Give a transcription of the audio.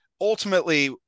ultimately